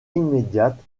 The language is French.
immédiate